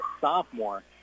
sophomore